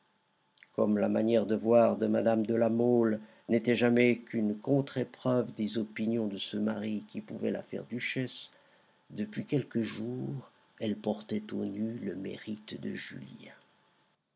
comme la manière de voir de mme de la mole n'était jamais qu'une contre-épreuve des opinions de ce mari qui pouvait la faire duchesse depuis quelques jours elle portait aux nues le mérite de julien